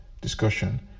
discussion